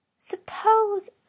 Suppose